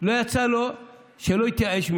ולא יצא לו שהוא התייאש?